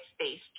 space